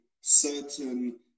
certain